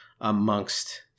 amongst